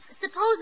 suppose